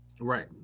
Right